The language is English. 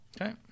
Okay